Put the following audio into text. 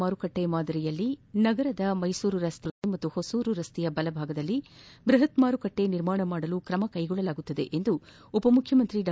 ಮಾರುಕಟ್ಟೆ ಮಾದರಿಯಲ್ಲೇ ನಗರದ ಮೈಸೂರು ರಸ್ತೆ ತುಮಕೂರು ರಸ್ತೆ ಮತ್ತು ಹೊಸೂರು ರಸ್ತೆಯ ಭಾಗದಲ್ಲಿ ಬೃಹತ್ ಮಾರುಕಟ್ಟೆ ನಿರ್ಮಾಣ ಮಾಡಲು ಕ್ರಮ ಕೈಗೊಳ್ಳಲಾಗುವುದು ಎಂದು ಉಪಮುಖ್ಯಮಂತ್ರಿ ಡಾ